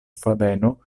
fadeno